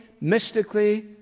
mystically